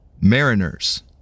Mariners